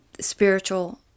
spiritual